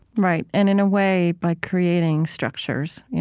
right. and in a way, by creating structures,